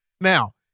Now